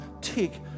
Tick